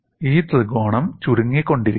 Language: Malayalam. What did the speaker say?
ഈ ത്രികോണം ചുരുങ്ങിക്കൊണ്ടിരിക്കും